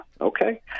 okay